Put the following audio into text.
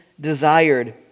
desired